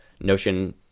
Notion